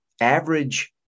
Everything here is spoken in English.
average